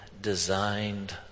designed